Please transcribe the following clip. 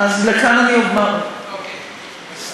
אז לכאן אני אומר, אוקיי.